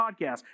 podcast